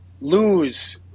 lose